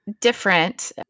different